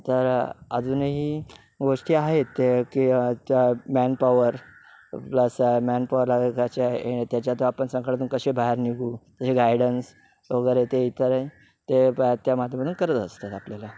तर अजूनही गोष्टी आहेत की त्या मॅनपॉवर प्लस मॅनपॉवरच्या त्याच्यातून आपण संकटातून कसे बाहेर निघू कसे गायडन्स वगैरे ते इतर ते त्या माध्यमातून करत असतात आपल्याला